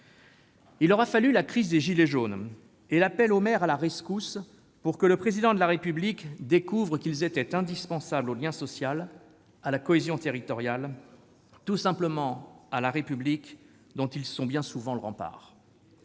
Il aura fallu la crise des « gilets jaunes » et l'appel à la rescousse des maires pour que le Président de la République découvre qu'ils étaient indispensables au lien social, à la cohésion territoriale et, tout simplement, à la République, dont ils sont bien souvent le rempart.